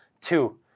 Two